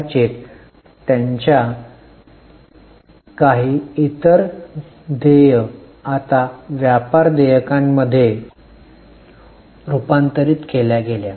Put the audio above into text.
कदाचित त्यांच्या काही इतर देय आता व्यापार देयकांमध्ये रुपांतरीत केल्या गेल्या